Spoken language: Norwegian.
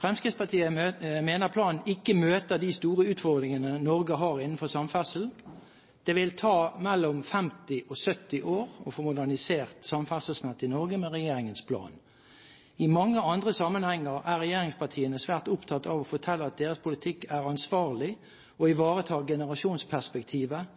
Fremskrittspartiet mener planen ikke møter de store utfordringene Norge har innenfor samferdsel. Det vil ta mellom 50 og 70 år å få modernisert samferdselsnettet i Norge med regjeringens plan. I mange andre sammenhenger er regjeringspartiene svært opptatt av å fortelle at deres politikk er ansvarlig og ivaretar generasjonsperspektivet.